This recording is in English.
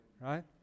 right